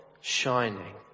shining